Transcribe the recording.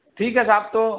ठीक है साहब तो